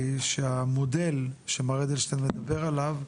שהמודל שמר אדלשטיין מדבר עליו,